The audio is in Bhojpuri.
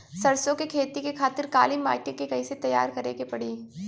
सरसो के खेती के खातिर काली माटी के कैसे तैयार करे के पड़ी?